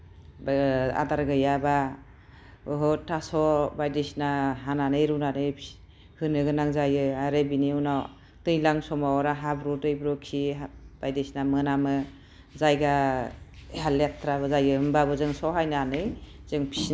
आदार गैयाबा बुहुत थास' बायदिसिना हानानै रुनानै होनो गोनां जायो आरो बिनि उनाव दैज्लां समाव आरो हाब्रु दैब्रु खि हा बायदिसिना मोनामो जायगा लेथ्राबो जायो होमबाबो जों सहायनानै जों फिसिनांगोन